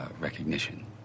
recognition